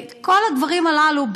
כל הדברים הללו.